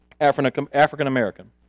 African-American